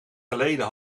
geleden